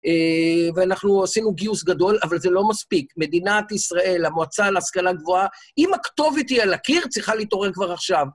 ואנחנו עשינו גיוס גדול, אבל זה לא מספיק. מדינת ישראל, המועצה להשכלה גבוהה, אם הכתובת היא על הקיר - צריכה להתעורר כבר עכשיו.